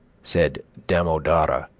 said damodara,